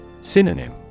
Synonym